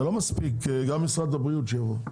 שגם משרד הבריאות יבוא.